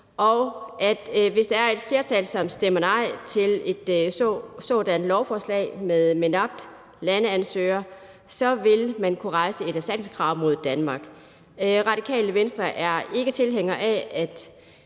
at hvis der er et flertal, som stemmer nej til et sådan lovforslag med MENAPT-landeansøgere, så vil man kunne rejse et erstatningskrav mod Danmark. Radikale Venstre er ikke tilhænger af,